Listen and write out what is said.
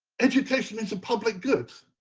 education is a public goods.